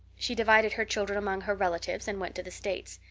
she divided her children among her relatives and went to the states.